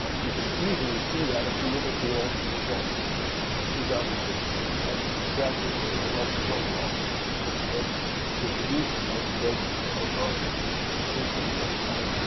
you can easily see that if you look at the election results of two thousand and sixteen. that's exactly the way that election broke off in terms of distribution of votes for um clinton and trump.